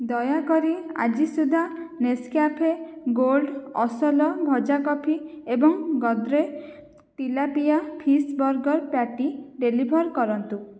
ଦୟାକରି ଆଜି ସୁଦ୍ଧା ନେସକ୍ୟାଫେ ଗୋଲ୍ଡ୍ ଅସଲ ଭଜା କଫି ଏବଂ Godrej tilapia fish burger patty deliver କରନ୍ତୁ